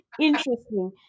interesting